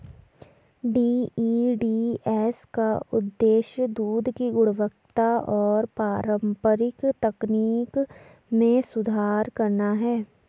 DEDS का उद्देश्य दूध की गुणवत्ता और पारंपरिक तकनीक में सुधार करना है